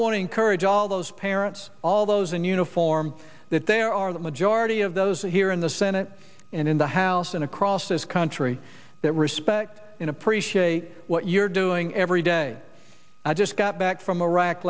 want to encourage all those parents all those in uniform that there are the majority of those here in the senate and in the house and across this country that respect and appreciate what you're doing every day i just got back from iraq